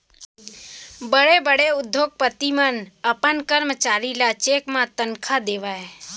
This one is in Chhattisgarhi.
बड़े बड़े उद्योगपति मन अपन करमचारी ल चेक म तनखा देवय